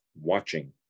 watching